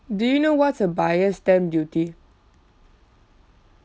do you know what's a buyer's stamp duty